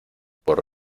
por